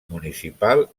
municipal